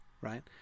right